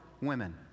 women